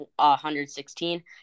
116